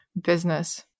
business-